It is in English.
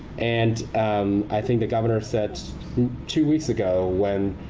and i think the governor said two weeks ago when